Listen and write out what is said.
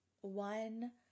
one